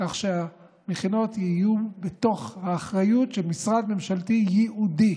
כך שהמכינות יהיו באחריות של משרד ממשלתי ייעודי.